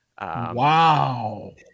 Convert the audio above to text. Wow